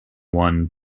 won